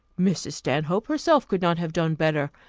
mrs. stanhope herself could not have done better.